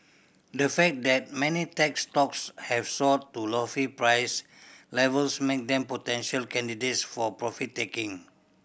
the fact that many tech stocks have soared to lofty price levels make them potential candidates for profit taking